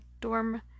dorm